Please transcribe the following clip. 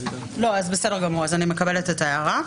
בסדר, אני מקבלת את ההערה.